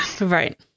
Right